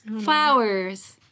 Flowers